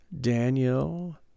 Daniel